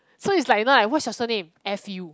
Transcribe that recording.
so is like you know like what's your surname F U